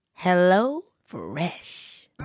HelloFresh